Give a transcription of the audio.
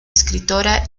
escritora